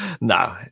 no